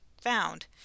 found